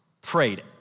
prayed